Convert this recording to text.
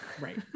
right